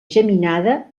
geminada